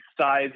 size